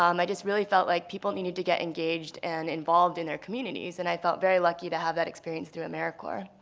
um i just really felt like people needed to get engaged and involved in their communities. and i felt very lucky to have that experience through americorps.